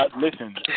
Listen